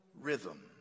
rhythm